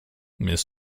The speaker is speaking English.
mrs